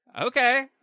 Okay